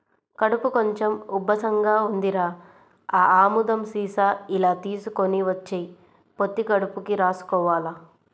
కడుపు కొంచెం ఉబ్బసంగా ఉందిరా, ఆ ఆముదం సీసా ఇలా తీసుకొని వచ్చెయ్, పొత్తి కడుపుకి రాసుకోవాల